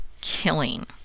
killing